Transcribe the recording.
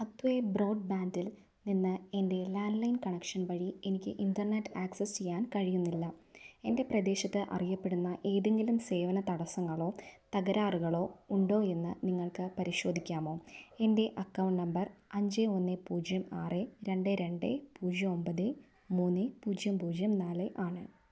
ഹാത്വേ ബ്രോഡ്ബാൻഡിൽനിന്ന് എൻ്റെ landline connection വഴി എനിക്ക് ഇൻ്റർനെറ്റ് ആക്സസ് ചെയ്യാൻ കഴിയുന്നില്ല എൻ്റെ പ്രദേശത്ത് അറിയപ്പെടുന്ന ഏതെങ്കിലും സേവന തടസ്സങ്ങളോ തകരാറുകളോ ഉണ്ടോയെന്ന് നിങ്ങൾക്ക് പരിശോധിക്കാമോ എൻ്റെ അക്കൗണ്ട് നമ്പർ അഞ്ച് ഒന്ന് പൂജ്യം ആറ് രണ്ട് രണ്ട് പൂജ്യം ഒമ്പത് മൂന്ന് പൂജ്യം പൂജ്യം നാല് ആണ്